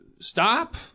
Stop